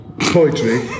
poetry